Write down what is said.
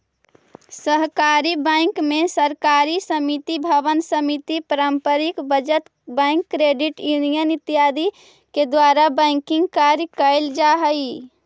सहकारी बैंक में सहकारी समिति भवन समिति पारंपरिक बचत बैंक क्रेडिट यूनियन इत्यादि के द्वारा बैंकिंग कार्य कैल जा हइ